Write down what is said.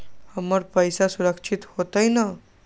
हमर पईसा सुरक्षित होतई न?